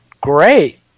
great